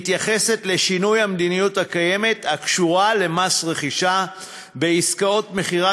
מתייחסת לשינוי המדיניות הקיימת הקשורה למס רכישה בעסקאות מכירה